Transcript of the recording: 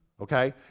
okay